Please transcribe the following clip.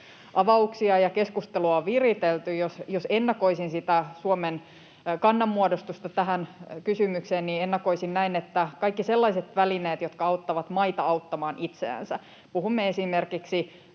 avauksia ja keskustelua on viritelty — sitä Suomen kannanmuodostusta tähän kysymykseen, niin ennakoisin näin, että kaikkiin sellaisiin välineisiin, jotka auttavat maita auttamaan itseänsä — puhumme esimerkiksi